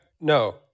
No